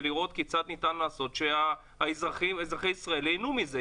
כדי לראות מה צריך לעשות שאזרחי ישראל ייהנו מזה.